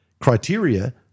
criteria